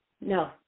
No